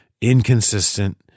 inconsistent